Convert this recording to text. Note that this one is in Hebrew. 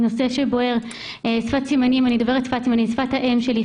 נושא שפת הסימנים הוא נושא שבוער בי, שפת האם שלי.